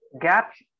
Gaps